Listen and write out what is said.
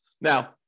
Now